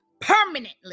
permanently